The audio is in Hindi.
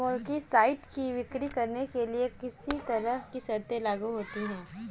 मोलस्किसाइड्स की बिक्री करने के लिए कहीं तरह की शर्तें लागू होती है